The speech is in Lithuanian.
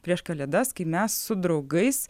prieš kalėdas kai mes su draugais